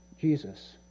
Jesus